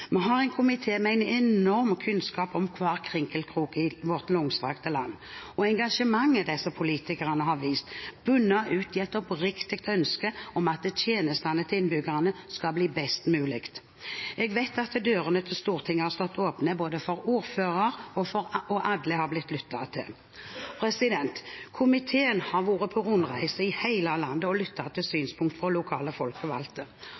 på. Vi har en komité med en enorm kunnskap om hver enkelt krok i vårt langstrakte land, og engasjementet disse politikerne har vist, bunner i et oppriktig ønske om at tjenestene til innbyggerne skal bli best mulig. Jeg vet at dørene til Stortinget har stått åpne for ordførere, og alle har blitt lyttet til. Komiteen har vært på rundreise i hele landet og lyttet til